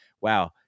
Wow